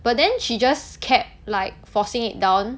but then she just kept like forcing it down